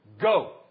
Go